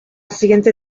siguiente